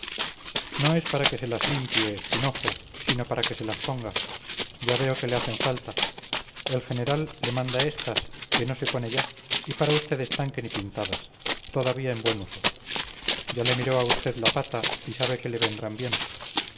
no es para que se las limpie jinojo sino para que se las ponga ya veo que le hacen falta el general le manda estas que no se pone ya y para usted están que ni pintadas todavía en buen uso ya le miró a usted la pata y sabe que le vendrán bien